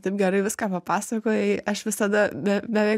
taip gerai viską papasakojai aš visada be bevei